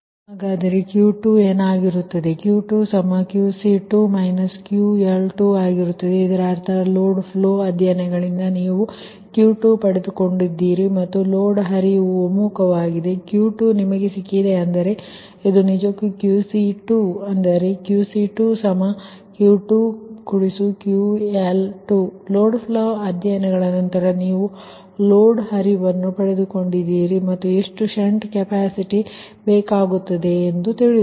ಹಾಗಾದರೆ Q2 ಏನಾಗಿರುತ್ತದೆ Q2QC2 QL2ಆಗಿರುತ್ತದೆ ಇದರರ್ಥ ಲೋಡ್ ಫ್ಲೋ ಅಧ್ಯಯನಗಳಿಂದ ನೀವು Q2 ಪಡೆದುಕೊಂಡಿದ್ದೀರಿ ಮತ್ತು ಲೋಡ್ ಹರಿವು ಒಮ್ಮುಖವಾಗಿದೆ Q2 ನಿಮಗೆ ಸಿಕ್ಕಿದೆ ಅಂದರೆ ಇದು ನಿಜಕ್ಕೂ QC2 ಅಂದರೆ QC2Q2QL2 ಲೋಡ್ ಫ್ಲೋ ಅಧ್ಯಯನಗಳ ನಂತರ ನೀವು ಲೋಡ್ ಹರಿವನ್ನು ಪಡೆದುಕೊಂಡಿದ್ದೀರಿ ಮತ್ತು ಎಷ್ಟು ಶಂಟ್ ಕೆಪಾಸಿಟರ್ ಬೇಕಾಗುತ್ತದೆ ಎಂದು ತಿಳಿಯುತ್ತದೆ